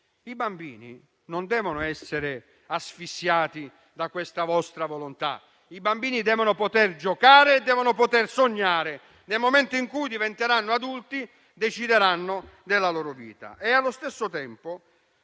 I bambini non devono essere asfissiati da questa vostra volontà; devono poter giocare e sognare e, nel momento in cui diventeranno adulti, decideranno della loro vita.